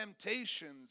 temptations